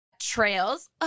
Trails